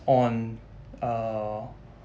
on err